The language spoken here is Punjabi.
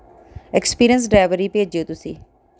ਐਕਸਪੀਰੀਅਸ ਡਰਾਈਵਰ ਹੀ ਭੇਜਿਉ ਤੁਸੀਂ